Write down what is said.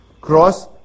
cross